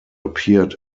appeared